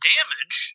Damage